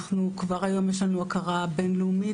כבר היום יש לנו הכרה בינלאומית.